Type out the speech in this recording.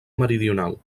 meridional